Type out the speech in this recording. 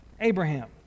Abraham